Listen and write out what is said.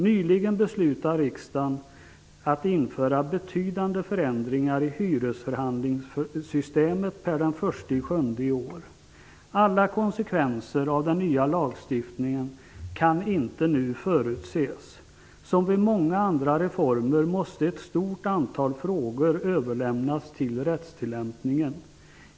Nyligen beslutade riksdagen införa betydande förändringar i hyresförhandlingssystemet per den 1 juli i år. Alla konsekvenser av den nya lagstiftningen kan inte nu förutses. Som vid många andra reformer måste ett stort antal frågor överlämnas till rättstillämpningen.